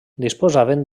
disposaven